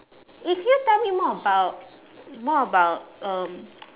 eh can you tell me more about more about um